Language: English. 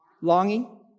Longing